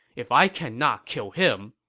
if i cannot kill him,